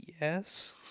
Yes